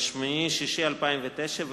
8 ביוני 2009,